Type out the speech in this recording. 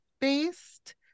based